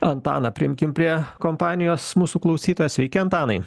antaną priimkim prie kompanijos mūsų klausytoją sveiki antanai